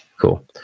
Cool